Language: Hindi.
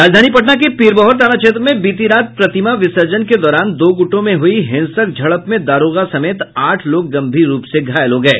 राजधानी पटना के पीरबहोर थाना क्षेत्र में बीती रात प्रतिमा विसर्जन के दौरान दो गुटों में हुयी हिंसक झड़प में दारोगा समेत आठ लोग गंभीर रूप से घायल हो गये